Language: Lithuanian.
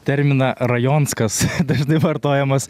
terminą rajonskas dažnai vartojamas